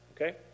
okay